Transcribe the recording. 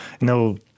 no